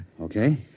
Okay